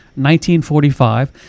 1945